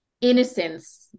Innocence